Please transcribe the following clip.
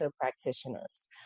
practitioners